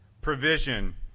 Provision